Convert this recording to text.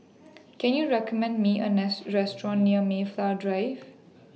Can YOU recommend Me A Restaurant near Mayflow Drive